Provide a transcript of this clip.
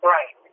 Right